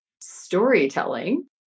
storytelling